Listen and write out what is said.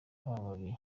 amababi